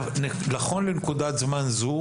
נכון לנקודת זמן זאת,